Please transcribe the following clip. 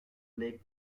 lake